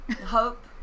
Hope